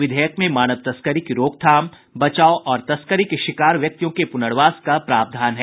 विधेयक में मानव तस्करी की रोकथाम बचाव और तस्करी के शिकार व्यक्तियों के पुनर्वास का प्रावधान है